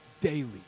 daily